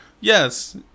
Yes